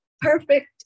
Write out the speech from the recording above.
perfect